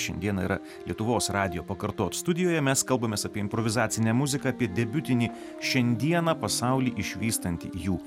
šiandieną yra lietuvos radijo pakartot studijoje mes kalbamės apie improvizacinę muziką apie debiutinį šiandieną pasauly išvystantį jų